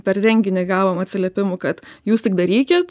per renginį gavom atsiliepimų kad jūs tik darykit